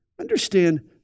Understand